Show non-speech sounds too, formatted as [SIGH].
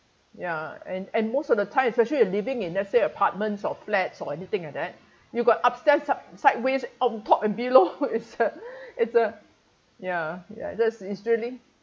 ya and and most of the time especially you are living in let's say apartments or flats or anything like that you've got upstairs up sideways on top and below [LAUGHS] it's a it's a ya ya that it's really